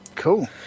cool